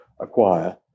acquire